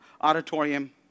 auditorium